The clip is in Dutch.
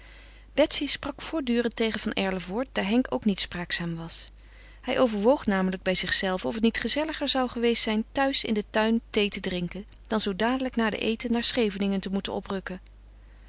betsy sprak voortdurend tegen van erlevoort daar henk ook niet spraakzaam was hij overwoog namelijk bij zichzelven of het niet gezelliger zou geweest zijn thuis in den tuin thee te drinken dan zoo dadelijk na den eten naar scheveningen te moeten oprukken